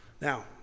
Now